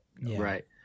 Right